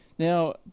Now